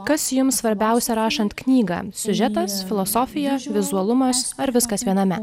kas jums svarbiausia rašant knygą siužetas filosofija vizualumas ar viskas viename